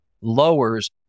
lowers